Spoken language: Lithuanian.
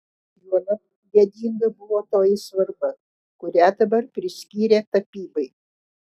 juolab gėdinga buvo toji svarba kurią dabar priskyrė tapybai